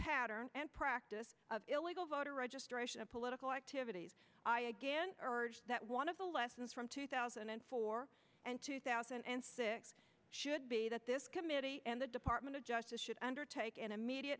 pattern and practice of illegal voter registration of political activities i again urge that one of the lessons from two thousand and four and two thousand and six should be that this committee and the department of justice should undertake an immediate